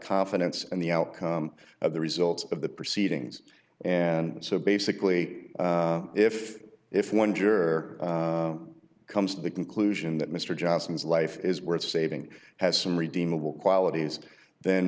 confidence and the outcome of the results of the proceedings and so basically if if one juror comes to the conclusion that mr johnson's life is worth saving has some redeemable qualities th